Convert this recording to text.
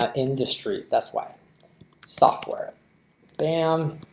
ah industry. that's why software bam